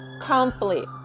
conflict